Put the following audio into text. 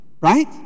right